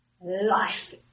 life